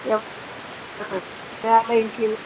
எப் ஆ